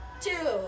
Two